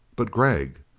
but gregg!